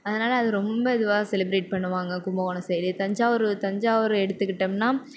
அதனால அது ரொம்ப இதுவாக செலிப்ரேட் பண்ணுவாங்க கும்பகோணம் சைடு தஞ்சாவூர் தஞ்சாவூர் எடுத்துக்கிட்டோம்னால்